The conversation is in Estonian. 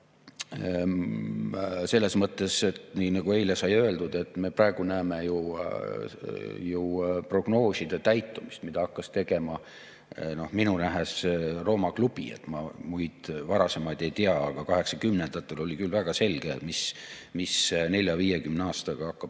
Selles mõttes, nii nagu eile sai öeldud, me praegu näeme ju prognooside täitumist, mida hakkas tegema minu nähes Rooma Klubi. Ma muid varasemaid ei tea, aga 1980-ndatel oli küll väga selge, mis 40–50 aastaga hakkab